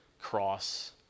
cross